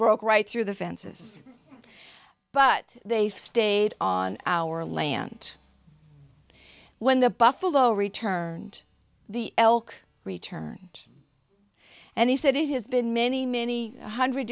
broke right through the fences but they stayed on our land when the buffalo returned the elk returned and he said it has been many many hundred